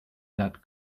that